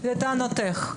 אני אתייחס לטענות שלך.